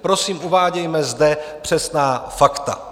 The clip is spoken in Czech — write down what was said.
Prosím, uvádějme zde přesná fakta.